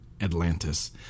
Atlantis